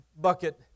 bucket